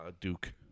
Duke